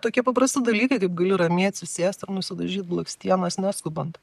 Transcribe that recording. tokie paprasti dalykai kaip gali ramiai atsisėst ir nusidažyt blakstienas neskubant